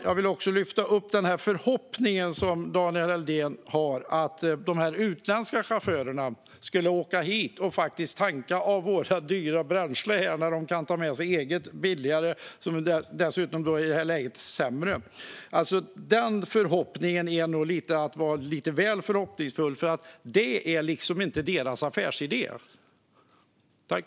Jag vill också ta upp den förhoppning Daniel Helldén har om att de utländska chaufförerna faktiskt skulle tanka av vårt dyra bränsle när de kan ta med sig eget, billigare - som i det här läget dessutom är sämre. Det är nog att vara lite väl förhoppningsfull, för så ser inte deras affärsidé ut.